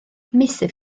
meysydd